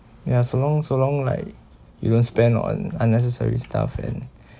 ya so long so long like you don't spend on unnecessary stuff and